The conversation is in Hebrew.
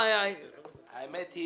האמת היא